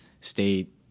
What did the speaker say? state